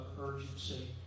urgency